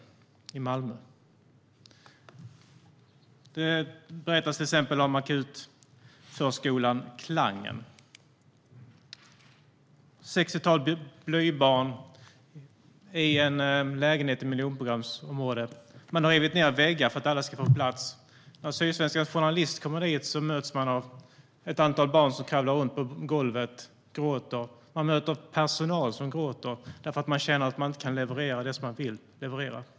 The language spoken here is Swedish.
Där berättas till exempel om akutförskolan Klangen. Ett sextiotal blöjbarn är placerade i en lägenhet i ett miljonprogramsområde. Man har rivit ned väggar för att alla ska få plats. När Sydsvenskans journalister kommer dit möts man av ett antal barn som kravlar runt på golvet och gråter. Man möter personal som gråter för att de känner att de inte kan leverera det som de vill leverera.